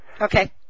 Okay